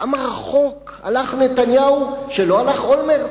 כמה רחוק הלך נתניהו שלא הלך אולמרט?